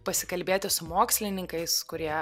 pasikalbėti su mokslininkais kurie